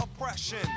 oppression